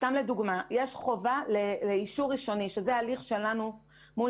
סתם לדוגמה: יש חובה לאישור ראשוני שזה הליך שלנו מול